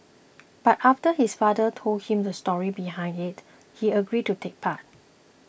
but after his father told him the story behind it he agreed to take part